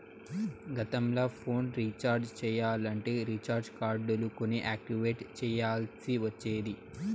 గతంల phone recharge చెయ్యాలంటే recharge కార్డులు కొని యాక్టివేట్ చెయ్యాల్ల్సి ఒచ్చేది